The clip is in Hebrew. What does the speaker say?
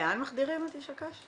לאן מחדירים את איש הקש?